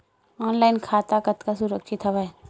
Online खाता कतका सुरक्षित हवय?